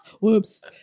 Whoops